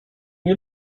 nie